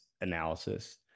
analysis